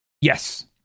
Yes